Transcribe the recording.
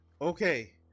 okay